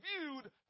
viewed